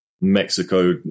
Mexico